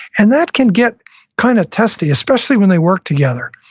and that can get kind of testy, especially when they work together,